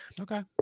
Okay